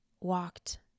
walked